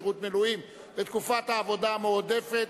שירות מילואים בתקופת העבודה המועדפת),